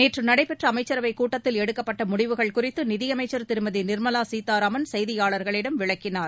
நேற்று நடைபெற்ற அமைச்சரவை கூட்டத்தில் எடுக்கப்பட்ட முடிவுகள் குறித்து நிதியமைச்சர் திருமதி நிர்மலா சீதாராமன் செய்தியாளர்களிடம் விளக்கினார்